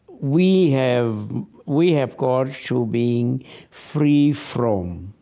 we have we have gone to being free from,